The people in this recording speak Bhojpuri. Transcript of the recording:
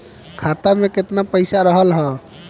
खाता में केतना पइसा रहल ह?